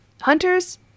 Hunters